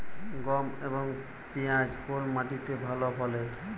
গম এবং পিয়াজ কোন মাটি তে ভালো ফলে?